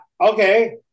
Okay